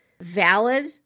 valid